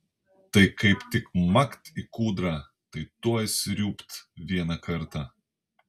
tai kaip tik makt į kūdrą tai tuoj sriūbt vieną kartą